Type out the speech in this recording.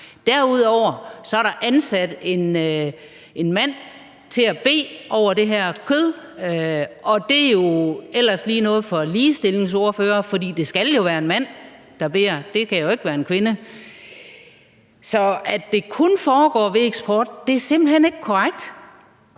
Derudover er der ansat en mand til at bede over kødet, og det er jo ellers lige noget for en ligestillingsordfører, for det skal jo være en mand, der beder – det kan jo ikke være en kvinde. Så at det kun foregår ved eksport, er simpelt hen ikke korrekt.